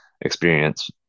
experience